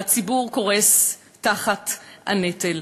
והציבור קורס תחת הנטל.